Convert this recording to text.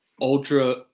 ultra